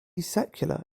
secular